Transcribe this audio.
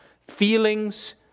feelings